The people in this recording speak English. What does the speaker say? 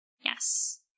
Yes